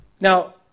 Now